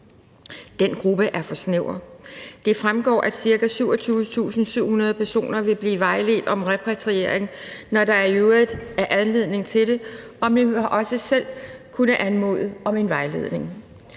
Den gruppe er for snæver. Det fremgår, at ca. 27.700 personer vil blive vejledt om repatriering, når der i øvrigt er anledning til det, og man vil også selv kunne anmode om en vejledning.